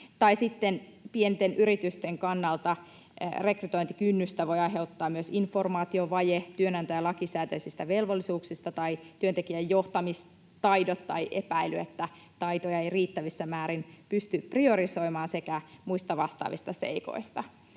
Tai sitten pienten yritysten kannalta rekrytointikynnystä voivat aiheuttaa myös informaatiovaje työnantajan lakisääteisistä velvollisuuksista, työntekijän johtamistaidot tai epäily, että taitoja ei riittävissä määrin pysty priorisoimaan, sekä muut vastaavat seikat.